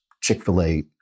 Chick-fil-A